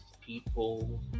people